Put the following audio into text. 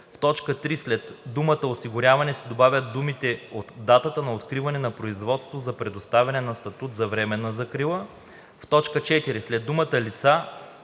В т. 3 след думата „осигуряване“ се добавят думите „от датата на откриване на производство за предоставяне на статут за временна закрила“. - В т. 4 след думата „лица“